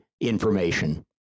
information